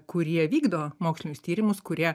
kurie vykdo mokslinius tyrimus kurie